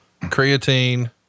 creatine